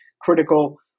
Critical